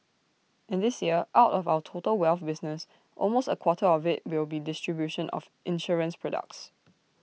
and this year out of our total wealth business almost A quarter of IT will be distribution of insurance products